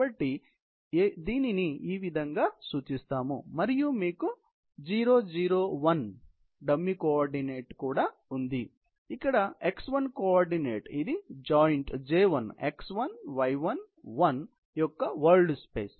కాబట్టి మనం దీనిని ఏవిధంగా సూచిస్తాం మరియు మీకు 0 0 1 ఉంది మరియు ఇక్కడ x1 కోఆర్డినేట్ ఇది జాయింట్ J1 x1 y1 1 యొక్క వరల్డ్ స్పేస్